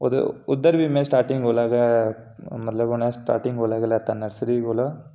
उद्धर बी में स्टार्टिंग कोला गै मतलब उ'नें स्टार्टिंग कोला गै लैता नर्सरी कोला